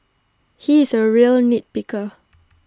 he is A real nitpicker